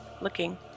Looking